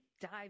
dive